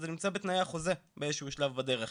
שזה נמצא בתנאי החוזה באיזה שהוא שלב בדרך,